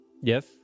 Yes